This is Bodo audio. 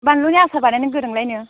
बानलुनि आसार बानायनो गोरोंलायनो